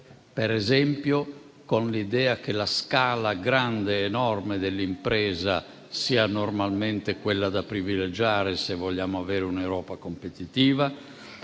riferimento all'idea che la scala grande, enorme dell'impresa sia normalmente quella da privilegiare se vogliamo avere un'Europa competitiva,